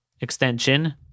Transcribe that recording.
extension